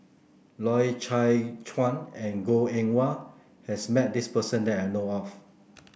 Loy Chye Chuan and Goh Eng Wah has met this person that I know of